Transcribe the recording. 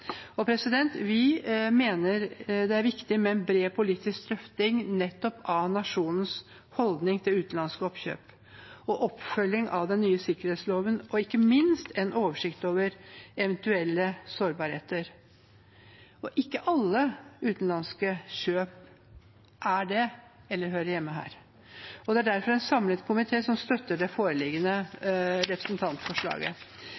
Vi mener det er viktig med en bred politisk drøfting av nasjonens holdning til utenlandske oppkjøp, oppfølging av den nye sikkerhetsloven, og ikke minst en oversikt over eventuelle sårbarheter. Ikke alle utenlandske kjøp er det, eller hører hjemme her. Derfor støtter en samlet komité det foreliggende representantforslaget. Jeg vil likevel komme med noen presiseringer fra Høyre og på regjeringspartienes vegne, og som